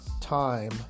time